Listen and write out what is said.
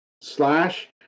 slash